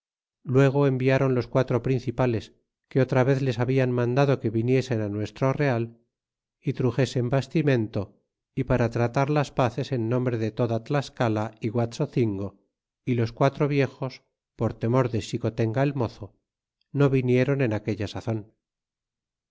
luego enviaron los quatro principales que otra vez les hablan mandado que viniesen á nuestro real y truxesen bastimento y para tratar las paces en nombre de toda tlascala y guaxocingo y los quatro viejos por temor de xicotenga el mozo no vinieron en aquella sazon